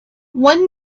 one